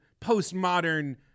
postmodern